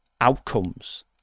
outcomes